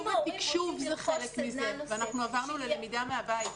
ותקשוב ‏זה חלק מזה ואנחנו עברנו ללמידה מהבית,